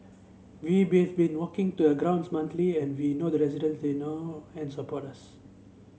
we been have been walking to a ground monthly and we know the resident they know and support us